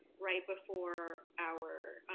right before our